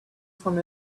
from